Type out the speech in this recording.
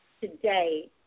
today